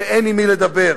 שאין עם מי לדבר.